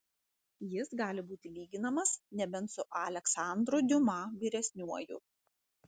jis gali būti lyginamas nebent su aleksandru diuma vyresniuoju